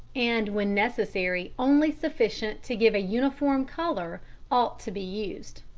and when necessary only sufficient to give a uniform colour ought to be used.